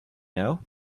know